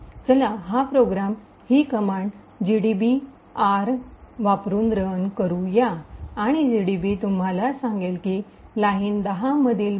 चला हा प्रोग्रॅम ही कमांड जीडीबीआर gdb r वापरून रन करू या आणि जीडीबी तुम्हाला सांगेल की लाइन 10 मधील ब्रेक पॉईंट 1 आला आहे